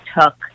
took